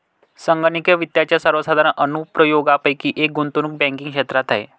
संगणकीय वित्ताच्या सर्वसाधारण अनुप्रयोगांपैकी एक गुंतवणूक बँकिंग क्षेत्रात आहे